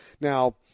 Now